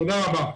תודה רבה.